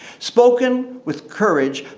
spoken with courage,